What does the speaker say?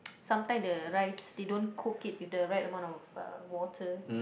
sometime the rice they don't cook it with the right amount of uh water